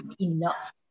enough